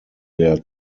der